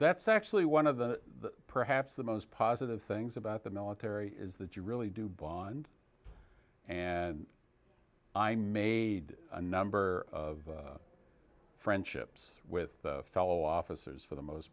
that's actually one of the perhaps the most positive things about the military is that you really do bond and i made a number of friendships with fellow officers for the most